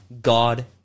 God